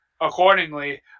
accordingly